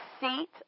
seat